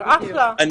מאחוריהם.